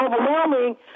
overwhelming